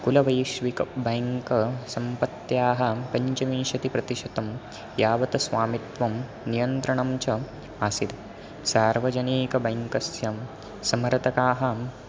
कुलवैश्वविकबैङ्कसम्पत्याः पञ्चविंशतिप्रतिशतं यावत् स्वामित्वं नियन्त्रणं च आसीत् सार्वजनिकबैङ्कस्य समर्थकाः